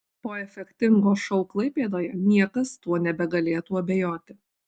po efektingo šou klaipėdoje niekas tuo nebegalėtų abejoti